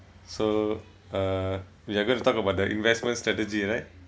so uh we are going to talk about the investment strategy right